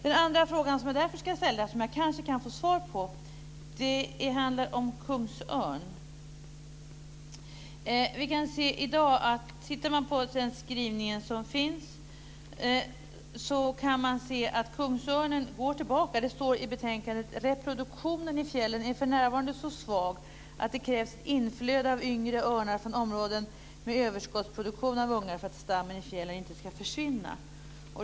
Den andra fråga som jag därför ska ställa, som jag kanske kan få svar på, handlar om kungsörn. Tittar man på den skrivning som finns kan man se att kungsörnen går tillbaka. Det står i propositionen: "Reproduktionen i fjällen är för närvarande så svag att det krävs ett inflöde av yngre örnar från områden med överskottsproduktion av ungar för att stammen i fjällen inte ska försvinna."